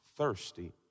Thirsty